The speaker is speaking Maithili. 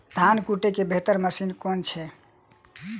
धान कुटय केँ बेहतर मशीन केँ छै?